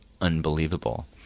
unbelievable